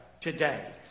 today